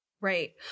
Right